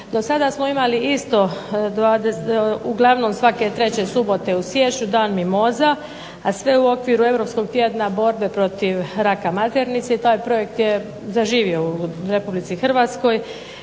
Do sada smo isto uglavnom svake treće subote u siječnju dan mimoza, a sve u okviru europskog tjedna borbe protiv raka maternice, i taj projekt je zaživio u Republici Hrvatskoj,